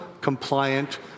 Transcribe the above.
compliant